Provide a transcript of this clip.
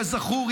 כזכור,